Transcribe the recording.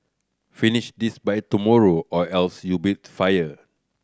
finish this by tomorrow or else you'll be fired